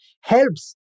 helps